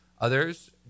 others